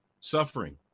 Suffering